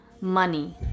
money